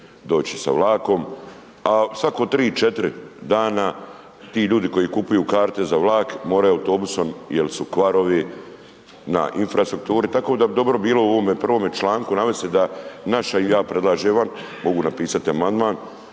doći sa vlakom, a svako 3, 4 dana ti ljudi koji kupuju karte za vlak moraju autobusom jer su kvarovi na infrastrukturi, tako da bi dobro bilo u ovome prvome članku navesti da naša, i ja predlažem vam, mogu napisati amandman,